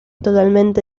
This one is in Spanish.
totalmente